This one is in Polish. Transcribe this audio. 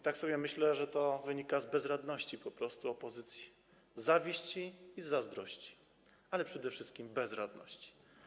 Tak sobie myślę, że to wynika z bezradności opozycji, zawiści i zazdrości, ale przede wszystkich z bezradności.